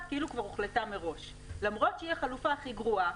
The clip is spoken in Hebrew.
כאילו כבר הוחלטה מראש למרות שהיא החלופה הגרועה